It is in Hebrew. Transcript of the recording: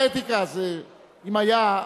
לא לא, אבל הוא בוועדת האתיקה, אז, רבותי,